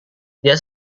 dia